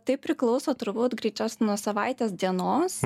tai priklauso turbūt greičiausiai nuo savaitės dienos